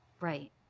Right